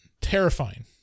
terrifying